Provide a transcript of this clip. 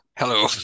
Hello